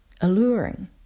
alluring